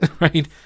Right